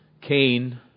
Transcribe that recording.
Cain